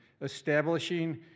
establishing